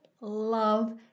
love